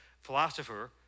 philosopher